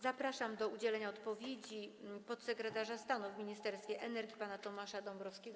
Zapraszam do udzielenia odpowiedzi podsekretarza stanu w Ministerstwie Energii pana Tomasza Dąbrowskiego.